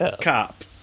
Cop